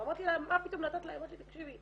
אמרתי לה "מה פתאום נתת לה", היא אומרת לי תקשיבי,